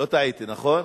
לא טעיתי, נכון?